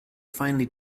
finely